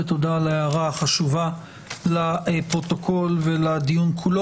ותודה על ההערה החשובה לפרוטוקול ולדיון כולו.